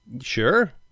Sure